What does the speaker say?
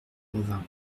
revint